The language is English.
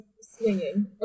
swinging